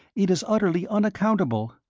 it is utterly unaccountable.